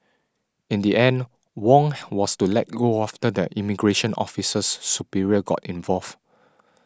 in the end Wong was let go after that immigration officer's superior got involved